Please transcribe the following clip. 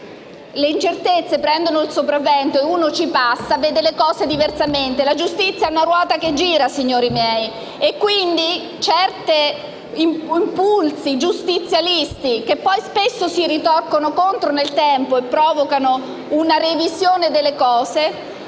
le incertezze prendono il sopravvento si vedono le cose diversamente. La giustizia è una ruota che gira, signori miei; quindi certi impulsi giustizialisti, che poi spesso si ritorcono contro nel tempo e provocano una revisione delle cose,